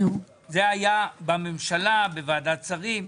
זה היה בממשלה בוועדת שרים.